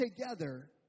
together